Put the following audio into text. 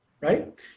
right